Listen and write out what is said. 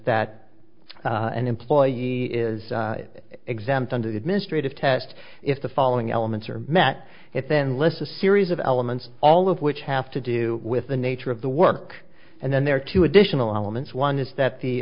that an employee is exempt under the administrative test if the following elements are met it then list of series of elements all of which have to do with the nature of the work and then there are two additional elements one is that the